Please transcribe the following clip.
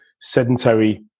sedentary